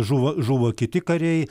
žuvo žuvo kiti kariai